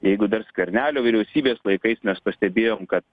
jeigu dar skvernelio vyriausybės laikais mes pastebėjom kad